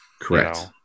Correct